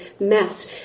mess